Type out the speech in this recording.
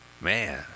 Man